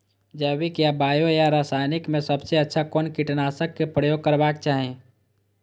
जैविक या बायो या रासायनिक में सबसँ अच्छा कोन कीटनाशक क प्रयोग करबाक चाही?